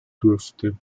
durfte